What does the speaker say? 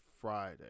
friday